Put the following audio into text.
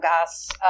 gas